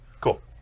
Cool